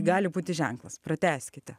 gali būti ženklas pratęskite